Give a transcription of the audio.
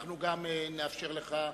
אנחנו גם נאפשר לך להתנגד.